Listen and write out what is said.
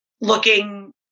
looking